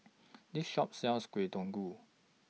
This Shop sells Kuih